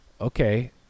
Okay